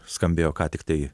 skambėjo ką tik tai